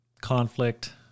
conflict